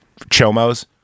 Chomo's